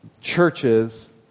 churches